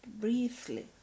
briefly